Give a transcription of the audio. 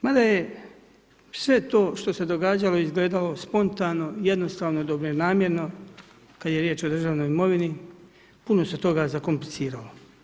Ma da je, sve to što se događalo, izgledalo spontano, jednostavno dobronamjerno, kada je riječ o državnoj imovini, puno se toga zakompliciralo.